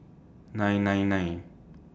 nine nine nine